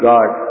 God